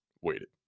waited